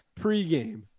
pregame